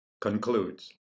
Concludes